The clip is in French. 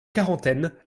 quarantaine